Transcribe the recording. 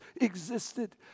existed